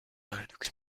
lügt